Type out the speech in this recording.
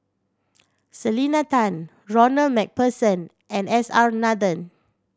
Selena Tan Ronald Macpherson and S R Nathan